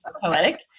poetic